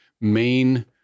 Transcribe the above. main